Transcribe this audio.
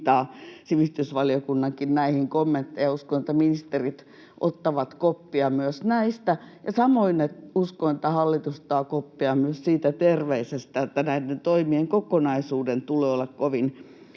sivistysvaliokunnankin kommentteihin, ja uskon, että ministerit ottavat koppia myös näistä. Ja samoin uskon, että hallitus ottaa koppia myös siitä terveisestä, että näiden toimien kokonaisuuden tulee olla kovin